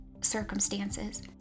circumstances